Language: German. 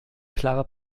klare